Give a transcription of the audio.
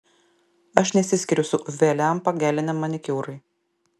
aš nesiskiriu su uv lempa geliniam manikiūrui